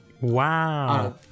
Wow